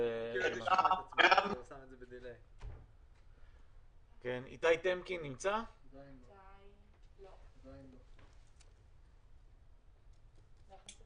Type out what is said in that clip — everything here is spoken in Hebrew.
עכשיו אנחנו עוסקים בנושא ייקור הארנונה לשנת 2021. אנחנו בכל